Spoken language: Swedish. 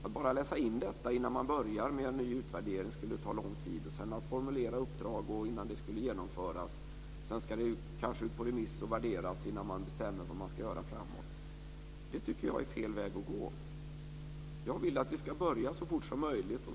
Att bara läsa in detta innan man börjar med en ny utvärdering skulle ta lång tid liksom att formulera uppdrag innan utvärderingen genomförs. Sedan kanske den ska ut på remiss och värderas innan man bestämmer vad man ska göra framåt. Det tycker jag är fel väg att gå. Jag vill att vi ska börja så fort som möjligt.